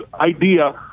idea